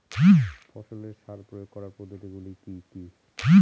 ফসলে সার প্রয়োগ করার পদ্ধতি গুলি কি কী?